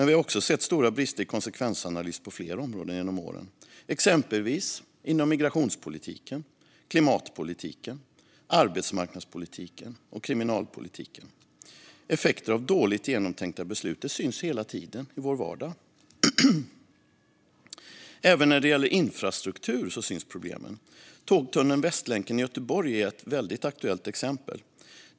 Vi har också sett stora brister i konsekvensanalys på fler områden genom åren, exempelvis inom migrationspolitiken, klimatpolitiken, arbetsmarknadspolitiken och kriminalpolitiken. Effekter av dåligt genomtänkta beslut syns hela tiden i vår vardag. Även när det gäller infrastruktur syns problemen. Tågtunneln Västlänken i Göteborg är ett aktuellt exempel.